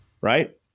right